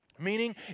meaning